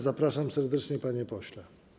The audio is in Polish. Zapraszam serdecznie, panie pośle.